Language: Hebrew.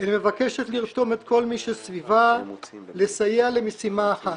אלא מבקשת לרתום את כל מי שסביבה לסייע למשימה אחת: